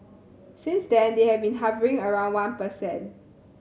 since then they have been hovering around one per cent